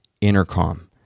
intercom